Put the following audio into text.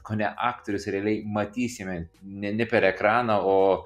kone aktorius realiai matysime ne ne per ekraną o